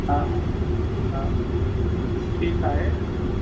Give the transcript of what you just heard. हा हा हा हा ठीकु आहे उहो त